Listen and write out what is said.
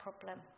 problem